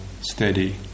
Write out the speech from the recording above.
steady